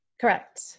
Correct